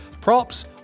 props